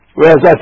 Whereas